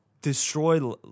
destroy